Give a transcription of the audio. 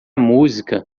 música